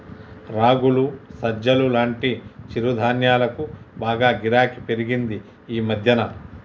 రాగులు, సజ్జలు లాంటి చిరుధాన్యాలకు బాగా గిరాకీ పెరిగింది ఈ మధ్యన